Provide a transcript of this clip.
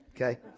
Okay